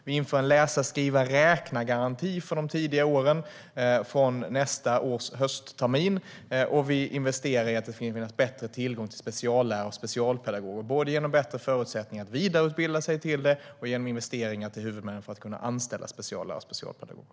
Vi inför en läsa-skriva-räkna-garanti för de tidiga åren från nästa års hösttermin, och vi investerar i att det ska finnas bättre tillgång till speciallärare och specialpedagoger både genom bättre förutsättningar att vidareutbilda sig till det och genom investeringar till huvudmännen för att de ska kunna anställa speciallärare och specialpedagoger.